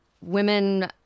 women